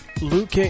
Luke